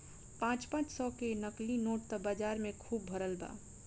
पाँच पाँच सौ के नकली नोट त बाजार में खुब भरल बा